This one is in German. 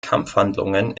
kampfhandlungen